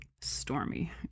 stormy